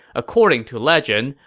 according to legend,